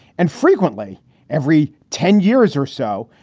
and frequently every ten years or so,